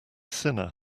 sinner